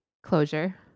Closure